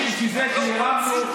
אתה יודע כמה אני מעריך אותך.